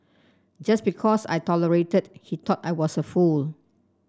just because I tolerated he thought I was a fool